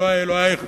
אלוהי אלוהייך,